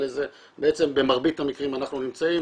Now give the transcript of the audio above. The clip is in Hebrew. במרבית המקרים אנחנו נמצאים,